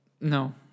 No